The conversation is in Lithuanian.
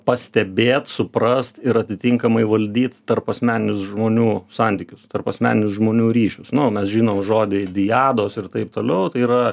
pastebėt suprast ir atitinkamai valdyt tarpasmeninius žmonių santykius tarpasmeninius žmonių ryšius nu mes žinom žodį diados ir taip toliau tai yra